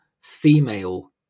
female